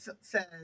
says